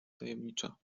tajemnicza